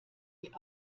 die